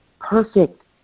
perfect